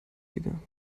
günstiger